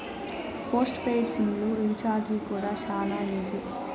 post paid sim లు recharge కూడా శానా ఈజీ